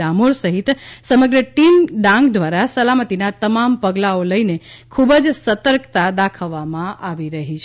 ડામોર સહિત સમગ્ર ટીમ ડાંગ દ્વારા સલામતીના તમામ પગલાંઓ લઈને ખૂબ જ સતર્કતા દાખવવામાં આવી રહી છે